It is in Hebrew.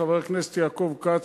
חבר הכנסת יעקב כץ,